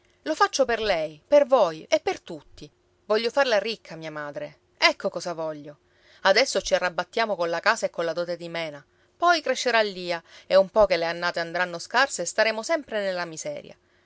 lo faccio per lei per voi e per tutti voglio farla ricca mia madre ecco cosa voglio adesso ci arrabattiamo colla casa e colla dote di mena poi crescerà lia e un po che le annate andranno scarse staremo sempre nella miseria